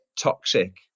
toxic